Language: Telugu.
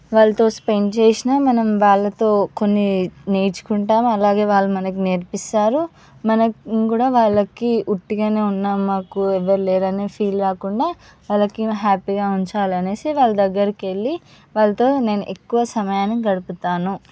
వాళ్ళతో స్పెండ్ చేసిన మనం వాళ్ళతో కొన్ని నేర్చుకుంటాం అలాగే వాళ్ళు మనకు నేర్పిస్తారు మనం కూడా వాళ్ళకి ఉట్టిగానే ఉన్నాం మాకు ఎవరూ లేరు అనే ఫీల్ కాకుండా వాళ్ళకు హ్యాపీగా ఉంచాలనేసి వాళ్ళ దగ్గరికి వెళ్ళి వాళ్ళతో నేను ఎక్కువ సమయాన్ని గడుపుతాను